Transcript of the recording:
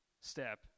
step